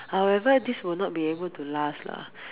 however this will not be able to last lah